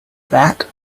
that